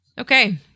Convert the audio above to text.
okay